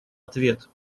ответ